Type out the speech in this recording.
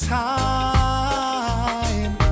time